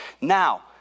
Now